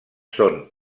són